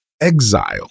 exile